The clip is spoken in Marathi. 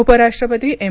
उपराष्ट्रपती एम